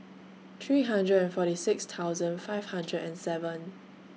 three hundred and forty six thousand five hundred and seven